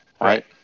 right